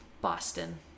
Boston